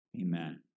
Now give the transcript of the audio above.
Amen